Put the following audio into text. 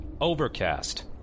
Overcast